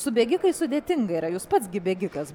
su bėgikais sudėtinga yra jūs pats gi bėgikas